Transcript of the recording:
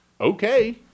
okay